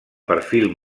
perfil